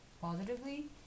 positively